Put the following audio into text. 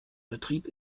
betrieb